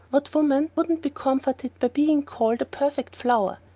what woman wouldn't be comforted by being called a perfect flower?